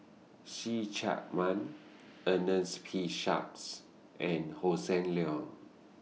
See Chak Mun Ernest P Shanks and Hossan Leong